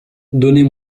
donnez